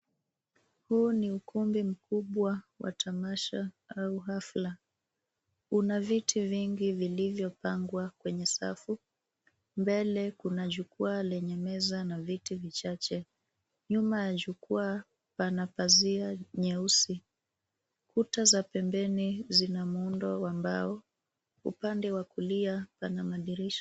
Huu ni ukumbi mkubwa wa tamasha au hafla. Una viti vingi vilivyopangwa kwenye safu. Mbele kuna jukwaa lenye meza na viti vichache. Nyuma ya jukwaa pana pazia nyeusi. Kuta za pembeni zina muundo wa mbao. Upande wa kulia pana madirisha.